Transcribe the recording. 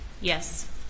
Yes